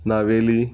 Navelim